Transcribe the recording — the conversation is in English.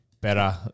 better